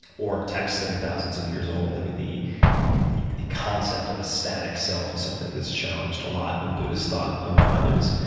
or texts that are thousands of years old. i mean, the the concept of a static self is something that's challenged a lot in buddhist thought, among others.